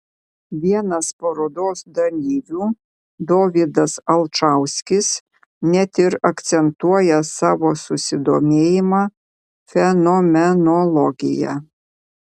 vienas parodos dalyvių dovydas alčauskis net ir akcentuoja savo susidomėjimą fenomenologija